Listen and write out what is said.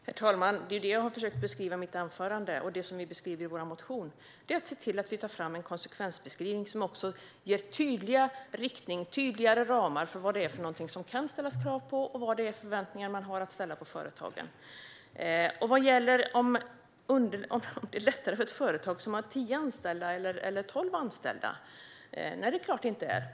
Herr talman! Det var det jag försökte beskriva i mitt anförande, och det är det vi beskriver i vår motion: att vi tar fram en konsekvensbeskrivning som ger tydliga riktlinjer och tydligare ramar för vad man kan ställa krav på och vilka förväntningar man kan ha på företagen. Är det lättare för ett företag som har tolv anställda än för ett som har tio anställda? Nej, det är klart att det inte är.